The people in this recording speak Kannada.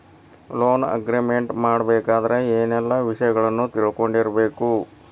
ಲೊನ್ ಅಗ್ರಿಮೆಂಟ್ ಮಾಡ್ಬೆಕಾದ್ರ ಏನೆಲ್ಲಾ ವಿಷಯಗಳನ್ನ ತಿಳ್ಕೊಂಡಿರ್ಬೆಕು?